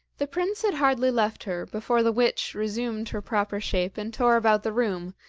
the prince had hardly left her before the witch resumed her proper shape and tore about the room,